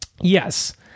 Yes